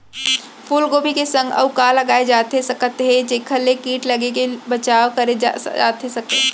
फूलगोभी के संग अऊ का लगाए जाथे सकत हे जेखर ले किट लगे ले बचाव करे जाथे सकय?